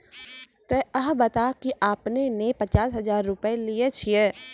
ते अहाँ बता की आपने ने पचास हजार रु लिए छिए?